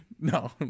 No